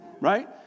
Right